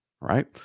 Right